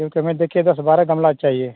क्योंकि हमें देखिए दस बारह गमला चाहिए